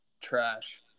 Trash